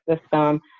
system